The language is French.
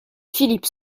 philippe